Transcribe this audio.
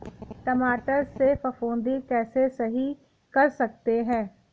टमाटर से फफूंदी कैसे सही कर सकते हैं?